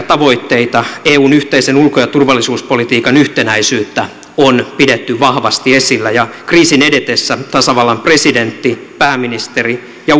tavoitteita eun yhteisen ulko ja turvallisuuspolitiikan yhtenäisyyttä on pidetty vahvasti esillä ja kriisin edetessä tasavallan presidentti pääministeri ja